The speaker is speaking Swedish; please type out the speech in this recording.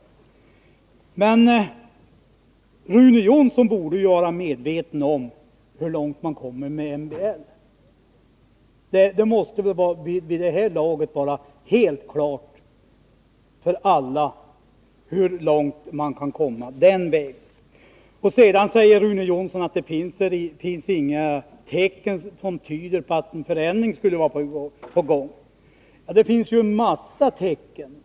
Men Rune Jonsson borde vara medveten om hur långt man kommer med MBL. Det måste väl vid det här laget vara helt klart för alla hur långt man kan komma den vägen. Sedan säger Rune Jonsson att det inte finns några tecken som tyder på att en förändring skulle vara på gång. Men det finns ju en massa tecken.